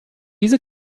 diese